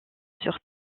sur